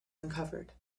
uncovered